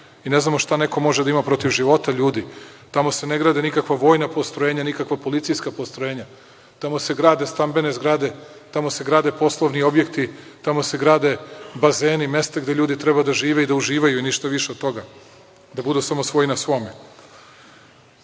i ne znamo šta neko može da ima protiv života ljudi. Tamo se ne grade nikakva vojna postrojenja, nikakva policijska postrojenja, tamo se grade stambene zgrade, tamo se grade poslovni objekti, tamo se grade bazeni, mesta gde ljudi treba da žive i da uživaju i ništa više od toga, da budu samo svoji na